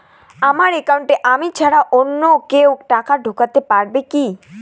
আমার একাউন্টে আমি ছাড়া অন্য কেউ টাকা ঢোকাতে পারবে কি?